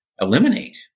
eliminate